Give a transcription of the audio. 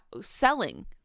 selling